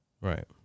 Right